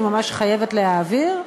שהיא ממש חייבת להעביר,